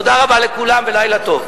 תודה רבה לכולם ולילה טוב.